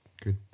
good